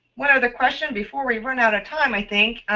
one other question before we run out of time i think,